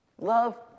Love